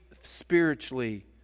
spiritually